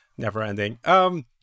Never-ending